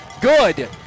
good